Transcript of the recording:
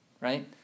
Right